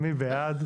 מי בעד?